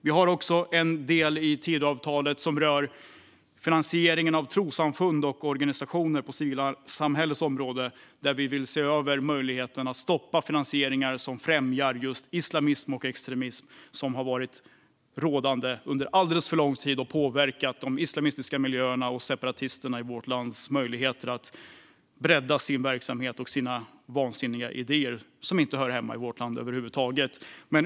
Vi har också en del i Tidöavtalet som rör finansiering av trossamfund och organisationer på civilsamhällets område. Vi vill se över möjligheten att stoppa finansiering som främjar just islamism och extremism, något som förekommit under alltför lång tid och påverkat möjligheterna för de islamistiska miljöerna och separatisterna i vårt land att bredda sin verksamhet och sprida sina vansinniga idéer, som inte hör hemma i vårt land över huvud taget.